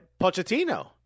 Pochettino